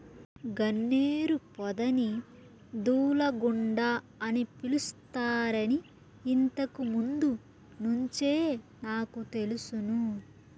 గన్నేరు పొదని దూలగుండ అని పిలుస్తారని ఇంతకు ముందు నుంచే నాకు తెలుసును